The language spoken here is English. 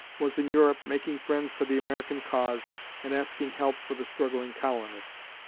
was in europe making friends for the american cause and asking help for the struggling colonists.